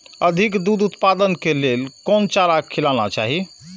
अधिक दूध उत्पादन के लेल कोन चारा खिलाना चाही?